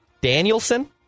Danielson